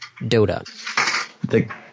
dota